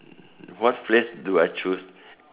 mm what phrase do I choose